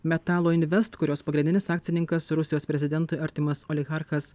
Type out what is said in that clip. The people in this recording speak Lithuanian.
metalo invest kurios pagrindinis akcininkas rusijos prezidentui artimas oligarchas